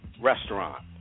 Restaurant